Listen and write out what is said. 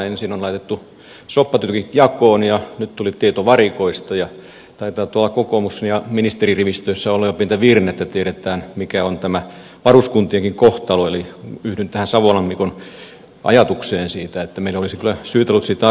ensin on laitettu soppatykit jakoon ja nyt tuli tieto varikoista ja taitaa tuolla kokoomus ja ministeririvistössä olla jo pientä virnettä tiedetään mikä on tämä varuskuntienkin kohtalo eli yhdyn tähän savolan mikon ajatukseen siitä että meille olisi kyllä syytä ollut siitä asiasta kertoa